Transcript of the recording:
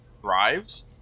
thrives